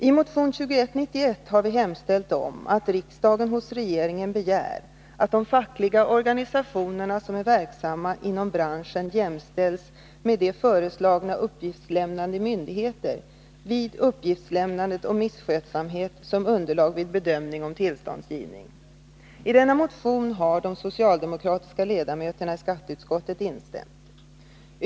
Imotion 2191 har vi hemställt om att riksdagen hos regeringen begär att de fackliga organisationer som är verksamma inom branschen jämställs med de föreslagna uppgiftslämnande myndigheterna vid uppgiftslämnandet om misskötsamhet som underlag vid bedömning om tillståndsgivning. I denna motion har de socialdemokratiska ledamöterna i skatteutskottet instämt.